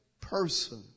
person